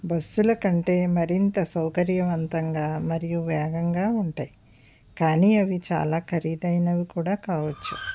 బస్సుల కంటే మరింత సౌకర్యవంతంగా మరియు వేగంగా ఉంటాయి కానీ అవి చాలా ఖరీదైనవి కూడా కావచ్చు